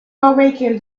awaken